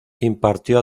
impartió